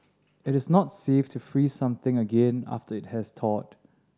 it is not safe to freeze something again after it has thawed